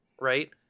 right